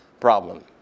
problem